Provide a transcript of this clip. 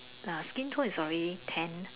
uh skin tone is already tan